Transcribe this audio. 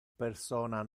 persona